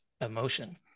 emotion